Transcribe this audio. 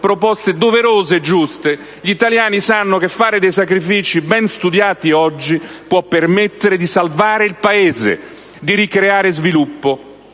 proposte doverose e giuste, fare dei sacrifici ben studiati oggi può permettere di salvare il Paese, di ricreare sviluppo